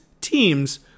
teams